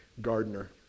gardener